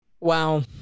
Wow